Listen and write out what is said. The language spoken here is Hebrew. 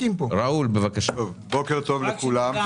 בוקר טוב לכולם,